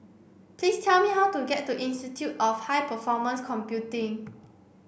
please tell me how to get to Institute of High Performance Computing